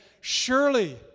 Surely